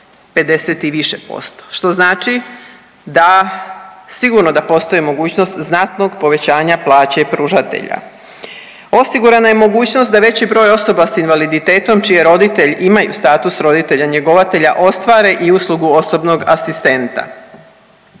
plaće pružatelja. Osigurana je mogućnost znatnog povećanja plaće pružatelja. Osigurana je mogućnost da veći broj osoba sa invaliditetom čiji roditelji imaju status roditelja njegovatelja ostvare i uslugu osobnog asistenta.